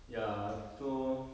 ya so